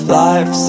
life